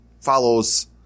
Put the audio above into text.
follows